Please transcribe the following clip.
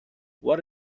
what